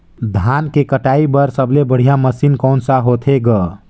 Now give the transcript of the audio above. धान के कटाई बर सबले बढ़िया मशीन कोन सा होथे ग?